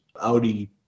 Audi